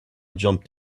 jumped